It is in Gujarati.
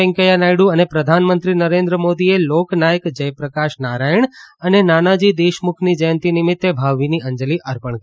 વૈંકેયા નાયડુ અને પ્રધાનમંત્રી નરેન્દ્ર મોદીએ લોકનાયક જયપ્રકાશ નારાયણ અને નાનાજી દેશમુખની જયંતિ નિમિત્ત ભાવભીની અંજલી અર્પણ કરી છે